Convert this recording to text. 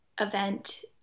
event